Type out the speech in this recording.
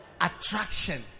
attraction